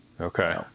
Okay